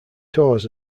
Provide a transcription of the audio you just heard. tours